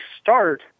start